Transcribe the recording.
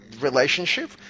relationship